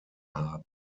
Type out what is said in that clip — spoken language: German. haben